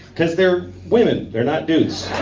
because they're women they're not dudes